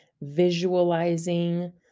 visualizing